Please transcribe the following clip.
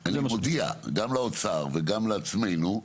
אני מודיע גם לאוצר וגם לעצמנו,